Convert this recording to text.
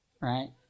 Right